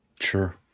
Sure